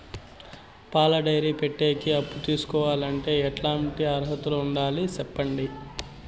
పాల డైరీ పెట్టేకి అప్పు తీసుకోవాలంటే ఎట్లాంటి అర్హతలు ఉండాలి సెప్పండి?